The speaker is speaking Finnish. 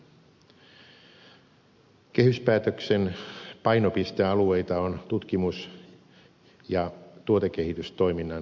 kehyspäätöksen painopistealueita on tutkimus ja tuotekehitystoiminnan tukeminen